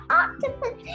octopus